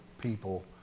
people